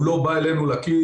הוא לא בא אלינו לכיס,